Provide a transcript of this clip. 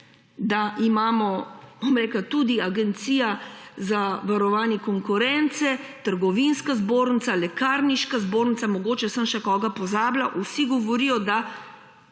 ustrezno urejena. Tudi agencija za varovanje konkurence, Trgovinska zbornica, Lekarniška zbornica, mogoče sem še koga pozabila, vsi govorijo, da